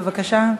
בבקשה.